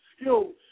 skills